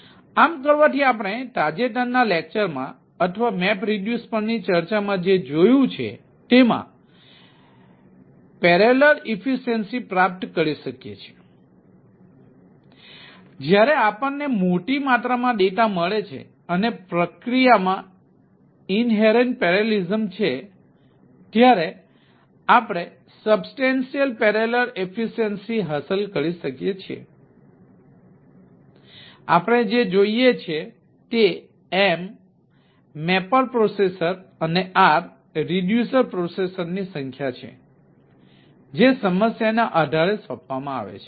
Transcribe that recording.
તેથી આમ કરવાથી આપણે તાજેતરના લેક્ચરમાં અથવા મેપરિડ્યુસ પરની ચર્ચામાં જે જોયું છે તેમાં પેરેલલ એફિસિએંસીની સંખ્યા છે જે સમસ્યાના આધારે સોંપવામાં આવે છે